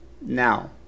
now